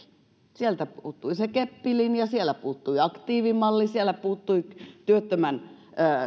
sieltä puuttui keppilinja sieltä puuttui aktiivimalli sieltä puuttui työttömän